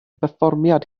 perfformiad